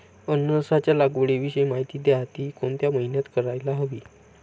अननसाच्या लागवडीविषयी माहिती द्या, ति कोणत्या महिन्यात करायला हवी?